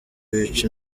wica